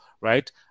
right